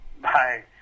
Bye